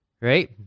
right